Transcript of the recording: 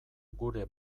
gure